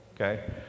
okay